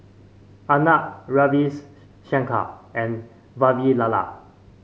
Arnab Ravis Shankar and Vavilala